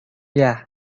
yeah